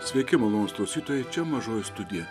sveiki malonūs klausytojai čia mažoji studija